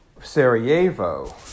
Sarajevo